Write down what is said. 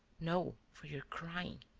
no, for you're crying.